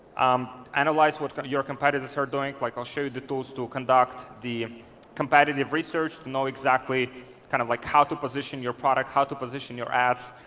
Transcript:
um analyze what your competitors are doing. like i'll show you the tools to conduct the competitive research to know exactly kind of like how to position your product, how to position your ads,